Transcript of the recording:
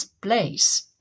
place